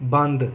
ਬੰਦ